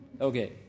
Okay